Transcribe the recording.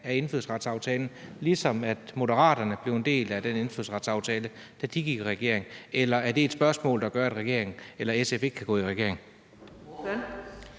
af indfødsretsaftalen, ligesom Moderaterne blev en del af indfødsretsaftalen, da de gik i regering. Eller er det et spørgsmål, der betyder, at SF ikke kan gå i regering? Kl.